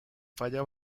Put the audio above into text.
falla